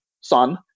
Son